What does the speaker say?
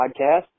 Podcast